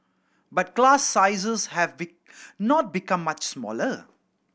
but class sizes have not become much smaller